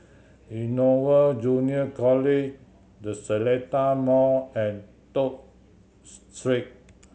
Innova Junior College The Seletar Mall and Toh Street